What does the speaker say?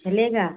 चलेगा